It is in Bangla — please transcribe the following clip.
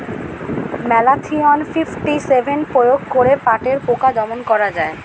ম্যালাথিয়ন ফিফটি সেভেন প্রয়োগ করে পাটের পোকা দমন করা যায়?